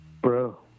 Bro